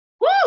Woo